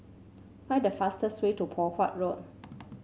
find the fastest way to Poh Huat Road